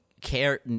care